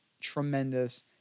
tremendous